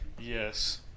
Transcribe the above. Yes